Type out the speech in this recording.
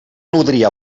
nodrir